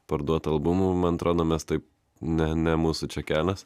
parduot albumų man atrodo mes taip ne ne mūsų čia kelias